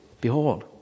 Behold